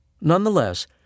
Nonetheless